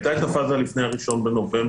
הייתה את הפאזה לפני 1 בנובמבר,